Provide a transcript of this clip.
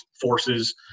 forces